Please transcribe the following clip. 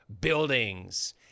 buildings